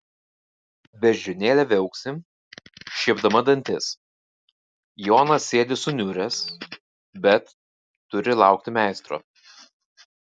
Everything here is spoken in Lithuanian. beždžionėlė viauksi šiepdama dantis jonas sėdi suniuręs bet turi laukti meistro